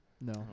No